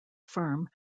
firm